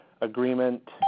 agreement